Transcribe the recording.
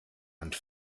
hand